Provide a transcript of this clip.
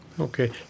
Okay